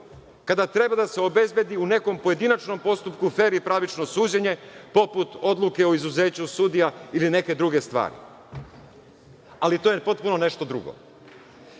kada treba da se obezbedi u nekom pojedinačnom postupku fer i pravično suđenje, poput odluke o izuzeću sudija ili neke druge stvari, ali to je potpuno nešto drugo. Ako